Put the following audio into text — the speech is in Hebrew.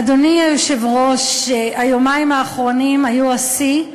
אדוני היושב-ראש, היומיים האחרונים היו השיא.